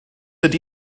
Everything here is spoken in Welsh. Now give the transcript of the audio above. ydy